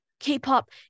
k-pop